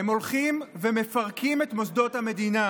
הם הולכים ומפרקים את מוסדות המדינה,